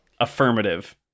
Affirmative